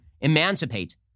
emancipate